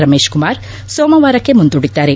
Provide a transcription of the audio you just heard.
ರಮೇಶ್ಕುಮಾರ್ ಸೋಮವಾರಕ್ಕೆ ಮುಂದೂಡಿದ್ದಾರೆ